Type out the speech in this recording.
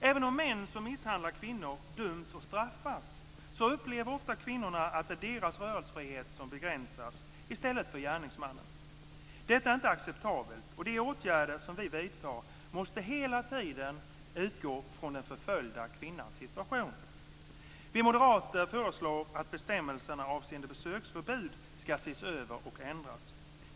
Även om män som misshandlar kvinnor döms och straffas upplever ofta kvinnorna att det är deras rörelsefrihet som begränsas i stället för gärningsmannens. Detta är inte acceptabelt, och de åtgärder som vi vidtar måste hela tiden utgå från den förföljda kvinnans situation. Vi moderater föreslår att bestämmelserna avseende besöksförbud ska ses över och ändras.